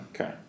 Okay